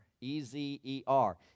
E-Z-E-R